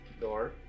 door